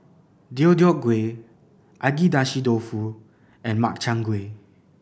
Deodeok Gui Agedashi Dofu and Makchang Gui